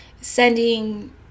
sending